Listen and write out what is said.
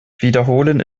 wiederholen